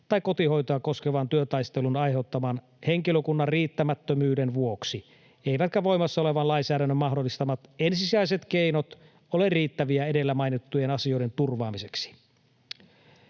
tai kotihoitoa koskevan työtaistelun aiheuttaman henkilökunnan riittämättömyyden vuoksi eivätkä voimassa olevan lainsäädännön mahdollistamat ensisijaiset keinot ole riittäviä edellä mainittujen asioiden turvaamiseksi.